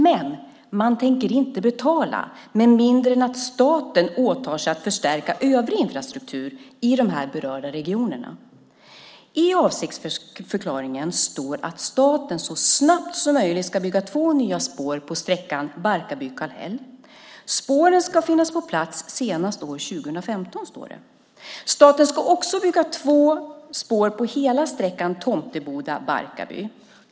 Men de tänker inte betala med mindre än att staten åtar sig att förstärka övrig infrastruktur i de berörda regionerna. I avsiktsförklaringen står det att staten så snabbt som möjligt ska bygga två nya spår på sträckan Barkarby-Kallhäll och att spåren ska finnas på plats senast år 2015. Staten ska också bygga två spår på hela sträckan Tomteboda-Barkarby.